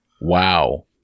Wow